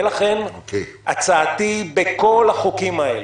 ולכן הצעתי בכל החוקים האלה,